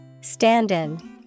Stand-in